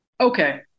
Okay